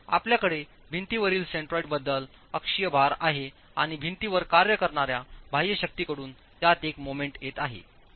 आपल्याकडे भिंतीवरील सेंटरॉईडबद्दल अक्षीय भार आहे आणि भिंतीवर कार्य करणार्या बाह्य शक्तींकडून त्यात एक मोमेंट येत आहे